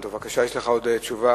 רצוני